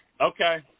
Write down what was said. Okay